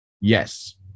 Yes